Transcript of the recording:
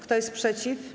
Kto jest przeciw?